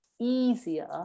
easier